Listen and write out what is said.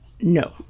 no